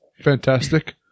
Fantastic